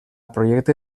projecte